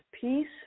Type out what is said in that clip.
peace